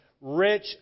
Rich